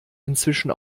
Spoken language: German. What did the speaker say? inzwischen